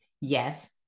Yes